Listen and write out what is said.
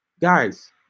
guys